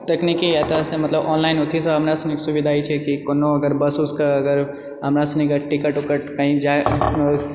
तकनीकी एतऽसँ मतलब ऑनलाइन अथीसँ सुविधा ई छै कि कोनो अगर बस उसके अगर हमरा सुनी कऽ टिकट उकट कही जाए